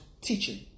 teaching